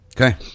Okay